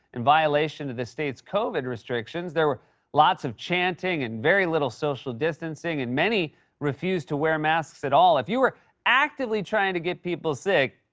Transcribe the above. in violation of the state's covid restrictions. there were lots of chanting and very little social distancing and many refused to wear masks at all. if you were actively trying to get people sick,